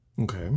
Okay